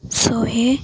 ଶହେ